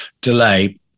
delay